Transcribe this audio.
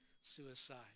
suicide